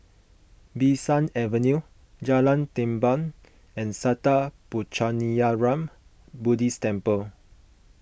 Bee San Avenue Jalan Tamban and Sattha Puchaniyaram Buddhist Temple